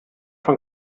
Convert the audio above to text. von